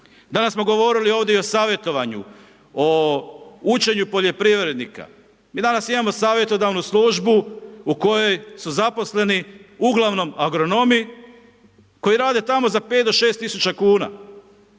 Danas smo govorili ovdje i o savjetovanju, o učenju poljoprivrednika. Mi danas imamo savjetodavnu službu u kojoj su zaposleni uglavnom agronomi koji rade tamo za 5 do 6 000 kuna.